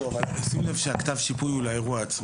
אבל שים לב שכתב השיפוי הוא לאירוע עצמו.